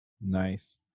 Nice